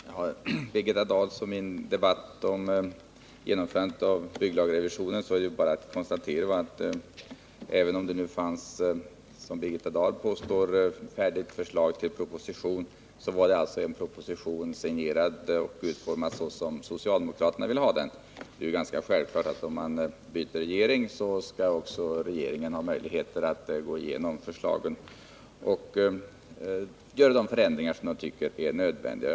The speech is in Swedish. Herr talman! Beträffande Birgitta Dahls och min debatt om genomförandet av bygglagsrevisionen är det bara att konstatera, att även om det, som hon påstår, fanns ett färdigt förslag till proposition var det ju en proposition utformad så som socialdemokraterna ville ha den. Det är ganska självklart att om man byter regering skall den nya regeringen ha möjlighet att gå igenom förslag som föreligger och göra de förändringar den tycker är nödvändiga.